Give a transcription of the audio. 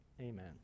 amen